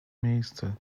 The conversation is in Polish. miejsce